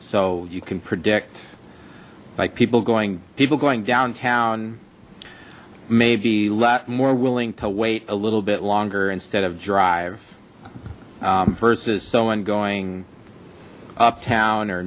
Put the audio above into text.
so you can predict like people going people going downtown maybe let more willing to wait a little bit longer instead of drive versus someone going uptown or